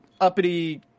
uppity